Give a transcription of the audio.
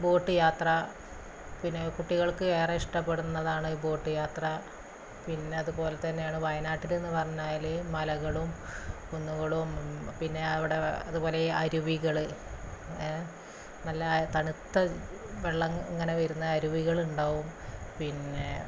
boat യാത്ര പിന്നെ കുട്ടികൾക്ക് ഏറെ ഇഷ്ടപ്പെടുന്നതാണ് ബോട്ട് യാത്ര പിന്നെ അതുപോലെ തന്നെയാണ് വയനാട്ടിലെന്നു പറഞ്ഞാല് മലകളും കുന്നുകളും പിന്നവിടെ അതുപോലെ അരുവികള് നല്ല തണുത്ത വെള്ളം ഇങ്ങനെ വരുന്ന അരുവികളുണ്ടാവും പിന്നെ